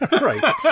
Right